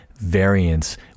variance